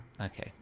Okay